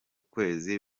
kwezi